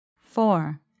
Four